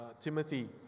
Timothy